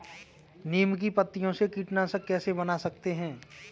नीम की पत्तियों से कीटनाशक कैसे बना सकते हैं?